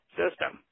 system